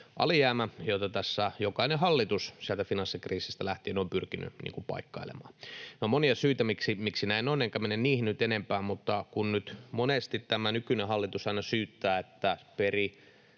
alijäämä, jota tässä jokainen hallitus sieltä finanssikriisistä lähtien on pyrkinyt paikkailemaan. On monia syitä, miksi näin on, enkä mene niihin nyt enempää, mutta kun nyt monesti tämä nykyinen hallitus aina syyttää, että se